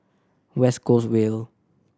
West Coast Vale